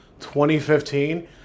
2015